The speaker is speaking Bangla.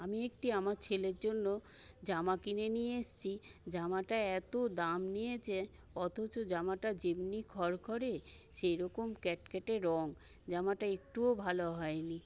আমি একটি আমার ছেলের জন্য জামা কিনে নিয়ে এসেছি জামাটা এতো দাম নিয়েছে অথচ জামাটা যেমনি খরখরে সেই রকম ক্যাটক্যাটে রঙ জামাটা একটুও ভালো হয় নি